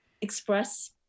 express